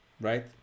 right